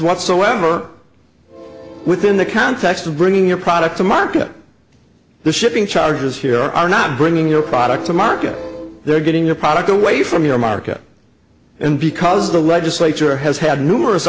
whatsoever within the context of bringing your product to market the shipping charges here are not bringing your product to market they're getting your product away from your market and because the legislature has had numerous